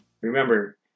Remember